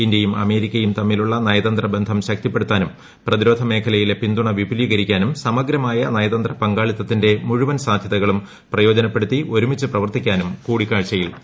ഇന്ത്യയും അമേരിക്കയും തമ്മിലുള്ള നയതന്ത്ര ബന്ധം ശക്തിപ്പെടുത്താനും പ്രതിരോധ മേഖലയിലെ പിന്തുണ വിപുലീകരിക്കാനും സമഗ്രമായ നയതന്ത്ര പങ്കാളിത്തത്തിന്റെ മുഴുവൻ സാധൃതകളും പ്രയോജനപ്പെടുത്തി ഒരുമിച്ച് പ്രവർത്തിക്കാനും കൂടിക്കാഴ്ചയിൽ ധാരണയായി